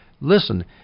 Listen